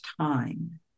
time